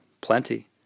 Plenty